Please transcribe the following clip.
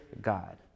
God